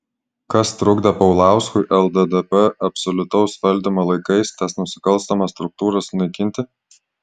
kas trukdė paulauskui lddp absoliutaus valdymo laikais tas nusikalstamas struktūras sunaikinti